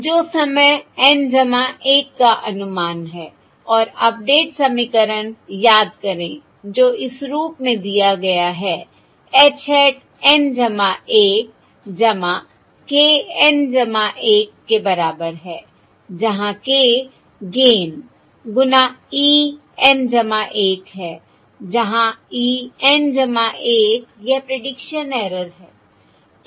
जो समय N 1 का अनुमान है और अपडेट समीकरण याद करें जो इस रूप में दिया गया है h hat N 1 k N 1 के बराबर है जहां k गेन'gain' गुना e N 1 है जहां e N 1 यह प्रीडिक्शन एरर है